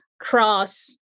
cross